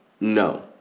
no